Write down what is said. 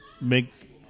make